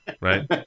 right